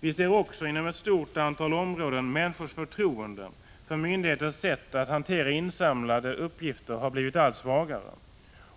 Vi ser också inom ett stort antal områden att människors förtroende för myndigheters sätt att hantera insamlade uppgifter har blivit svagare.